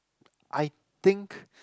I think